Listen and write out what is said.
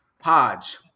Podge